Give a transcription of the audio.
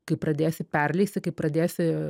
kai pradėsi perleisti kai pradėsi